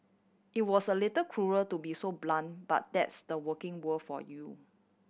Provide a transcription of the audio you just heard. it was a little cruel to be so blunt but that's the working world for you